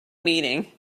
meeting